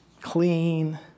clean